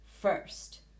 first